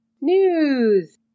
News